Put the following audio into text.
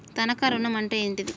తనఖా ఋణం అంటే ఏంటిది?